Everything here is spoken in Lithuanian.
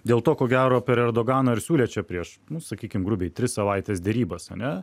dėl to ko gero per erdoganą ir siūlė čia prieš nu sakykim grubiai tris savaites derybas ane